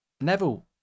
Neville